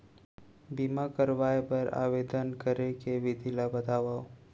बीमा करवाय बर आवेदन करे के विधि ल बतावव?